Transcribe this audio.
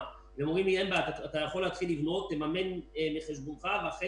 אגב, ב-2009 הייתי בתפקיד אחר בעירייה,